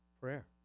Prayer